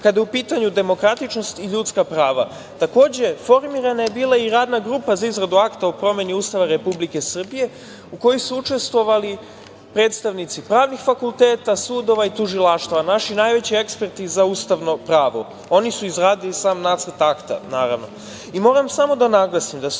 kada je u pitanju demokratičnost i ljudska prava. Takođe, formirana je bila i Radna grupa za izradu Akta o promeni Ustava Republike Srbije u kojoj su učestvovali predstavnici pravnih fakulteta, sudova i tužilaštava, naši najveći eksperti za Ustavno pravo. Oni su izradili sam Nacrt Akta. Moram